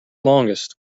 longest